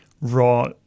raw